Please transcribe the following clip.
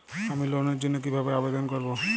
আমি লোনের জন্য কিভাবে আবেদন করব?